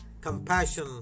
compassion